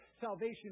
salvation